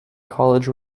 college